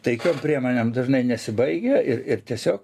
taikiom priemonėm dažnai nesibaigia ir ir tiesio